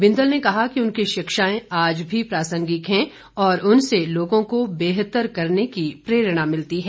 बिंदल ने कहा कि उनकी शिक्षाएं आज भी प्रासंगिक है और उनसे लोगों को बेहतर करने की प्रेरणा मिलती है